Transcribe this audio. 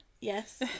Yes